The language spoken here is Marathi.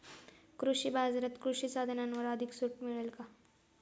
कृषी बाजारात कृषी साधनांवर अधिक सूट मिळेल का?